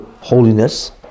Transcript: holiness